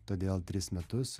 todėl tris metus